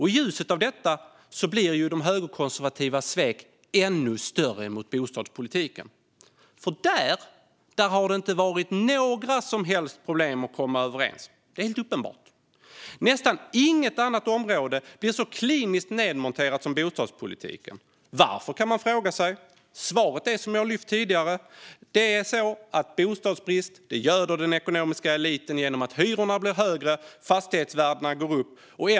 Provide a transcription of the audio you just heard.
I ljuset av detta blir de högerkonservativas svek mot bostadspolitiken ännu större, för där har det inte varit några som helst problem att komma överens. Det är helt uppenbart. Nästan inget annat område blir så kliniskt nedmonterat som bostadspolitiken. Man kan fråga sig varför. Svaret är, som jag lyft fram tidigare, att bostadsbrist göder den ekonomiska eliten genom att hyrorna blir högre och fastighetsvärdena går upp.